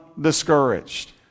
discouraged